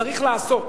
צריך לעשות.